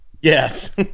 Yes